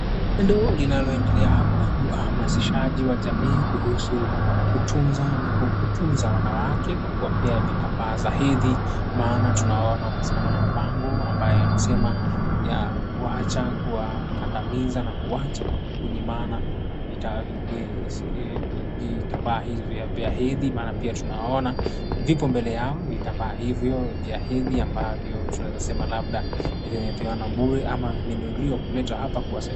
Tendo linaloendelea hapa ni uhamasishaji wa jamii kuhush kutunza na kutunza wanawake kwa kuwapea vitambaa za hedhi maana tunawaona wamesimama na mabango ambayo yanasema ya kuwacha kuwakandamiza na kuwacha kunyimana vitambaa hivi vya hedhi maana tunawaona vipo mbele yao vitambaa hivyo vya hedhi ambavyo tunaweza sema labda vimepeanwa bure ama vimenunuliwa kuletwa hapa kuwasaidia.